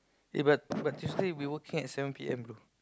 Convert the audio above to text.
eh but but Tuesday we working at seven P_M bro